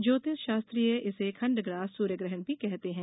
ज्योतिष शास्त्रिय इसे खंडास सूर्यग्रहण भी कहते हैं